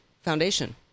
Foundation